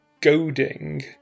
goading